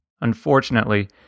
Unfortunately